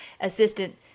Assistant